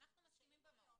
נוסח.